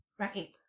Right